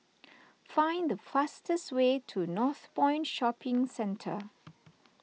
find the fastest way to Northpoint Shopping Centre